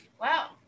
Wow